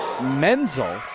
Menzel